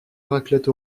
raclette